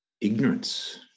ignorance